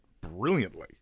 brilliantly